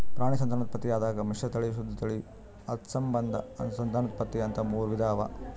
ಪ್ರಾಣಿ ಸಂತಾನೋತ್ಪತ್ತಿದಾಗ್ ಮಿಶ್ರತಳಿ, ಶುದ್ಧ ತಳಿ, ಅಂತಸ್ಸಂಬಂಧ ಸಂತಾನೋತ್ಪತ್ತಿ ಅಂತಾ ಮೂರ್ ವಿಧಾ ಅವಾ